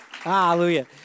Hallelujah